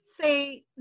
say